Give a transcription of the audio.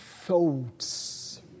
thoughts